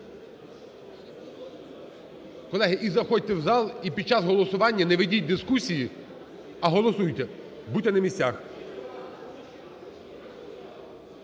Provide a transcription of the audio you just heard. Колеги, і заходьте в зал, і під час голосування не ведіть дискусії, а голосуйте, будьте на місцях.